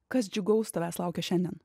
kas džiugaus tavęs laukia šiandien